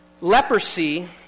Leprosy